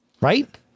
right